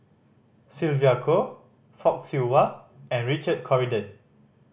Sylvia Kho Fock Siew Wah and Richard Corridon